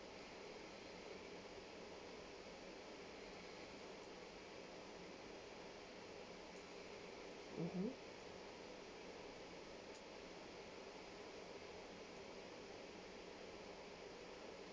mmhmm